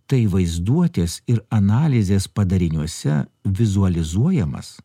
tai vaizduotės ir analizės padariniuose vizualizuojamas